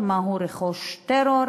טרור, מהו רכוש טרור,